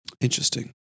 Interesting